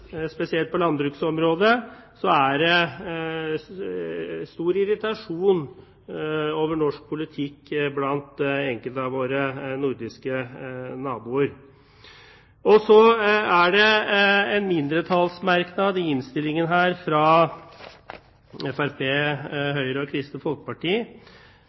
spesielt på landbruksområdet er det stor irritasjon over norsk politikk blant enkelte av våre nordiske naboer. Så er det i innstillingen en mindretallsmerknad fra Fremskrittspartiet, Høyre og Kristelig Folkeparti,